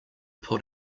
put